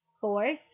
Four